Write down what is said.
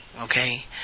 okay